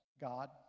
God